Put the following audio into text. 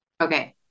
Okay